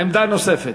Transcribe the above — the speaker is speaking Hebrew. עמדה נוספת.